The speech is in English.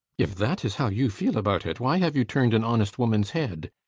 if that is how you feel about it, why have you turned an honest woman's head?